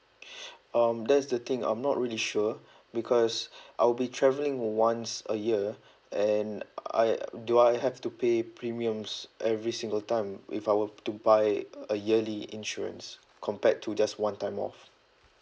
um that's the thing I'm not really sure because I'll be travelling once a year and I do I have to pay premiums every single time if I were to buy a yearly insurance compared to just one time off